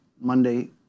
Monday